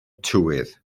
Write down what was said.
tywydd